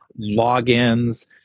logins